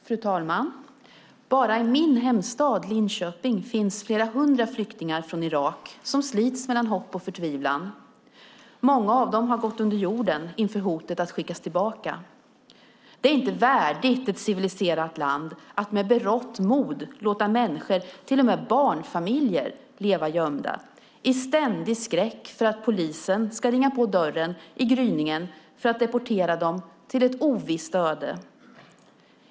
Fru talman! Bara i min hemstad Linköping finns det flera hundra flyktingar från Irak som slits mellan hopp och förtvivlan. Många av dem har gått under jorden inför hotet att skickas tillbaka. Det är inte värdigt ett civiliserat land att med berått mod låta människor, till och med barnfamiljer, leva gömda i ständig skräck för att polisen ska ringa på dörren i gryningen för att deportera dem till ett ovisst öde.